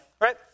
right